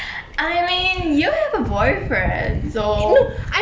I mean you have a boyfriend so